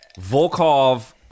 Volkov